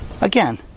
again